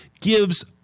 gives